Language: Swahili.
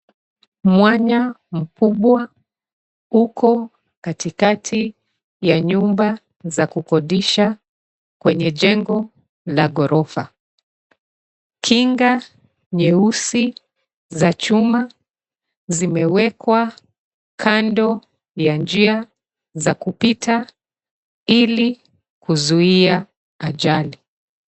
Mwanya mkubwa uko katikati ya nyumba za kukodisha kwenye jengo la ghorofa. Kinga nyeusi za chuma zimewekwa kando ya njia za kupita ili kuzuia ajali.